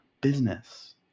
business